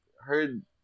heard